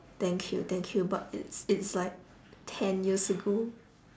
thank you thank you but it's it's like ten years ago